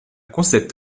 concept